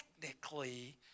technically